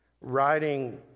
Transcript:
writing